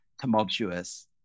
tumultuous